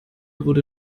wurde